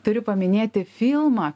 turiu paminėti filmą